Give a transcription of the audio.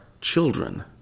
children